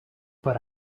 but